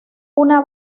una